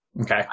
Okay